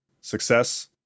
Success